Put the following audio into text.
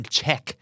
check